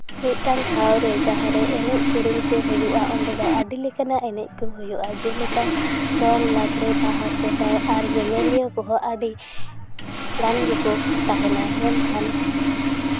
ᱢᱤᱫᱴᱟᱝ ᱴᱷᱟᱶ ᱨᱮ ᱡᱟᱦᱟᱸ ᱨᱮ ᱮᱱᱮᱡᱼᱥᱮᱨᱮᱧ ᱠᱚ ᱦᱩᱭᱩᱜᱼᱟ ᱚᱸᱰᱮ ᱫᱚ ᱟᱹᱰᱤ ᱞᱮᱠᱟᱱᱟᱜ ᱮᱱᱮᱡ ᱠᱚ ᱦᱩᱭᱩᱜᱼᱟ ᱡᱮᱞᱮᱠᱟ ᱫᱚᱝ ᱞᱟᱜᱽᱲᱮ ᱵᱟᱦᱟ ᱥᱚᱨᱦᱟᱭ ᱟᱨ ᱧᱮᱧᱮᱞᱤᱭᱟᱹ ᱠᱚᱦᱚᱸ ᱟᱹᱰᱤ ᱜᱟᱱ ᱜᱮᱠᱚ ᱛᱟᱦᱮᱱᱟ ᱢᱮᱱᱠᱷᱟᱱ